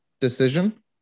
decision